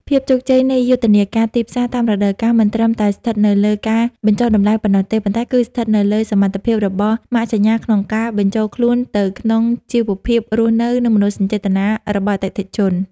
ភាពជោគជ័យនៃយុទ្ធនាការទីផ្សារតាមរដូវកាល មិនត្រឹមតែស្ថិតនៅលើការបញ្ចុះតម្លៃប៉ុណ្ណោះទេ ប៉ុន្តែគឺស្ថិតនៅលើសមត្ថភាពរបស់ម៉ាកសញ្ញាក្នុងការបញ្ចូលខ្លួនទៅក្នុងជីវភាពរស់នៅ និងមនោសញ្ចេតនារបស់អតិថិជន។